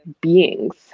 beings